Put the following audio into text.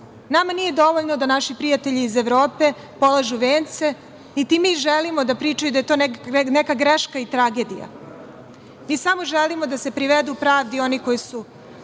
nije dovoljno da naši prijatelji iz Evrope polažu vence, niti mi želimo da pričaju da je to neka greška i tragedija. Mi samo želimo da se privedu pravdi oni koji su